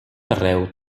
arreu